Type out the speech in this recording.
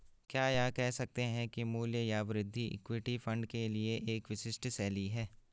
क्या यह कह सकते हैं कि मूल्य या वृद्धि इक्विटी फंड के लिए एक विशिष्ट शैली है?